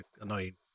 annoying